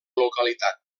localitat